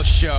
Show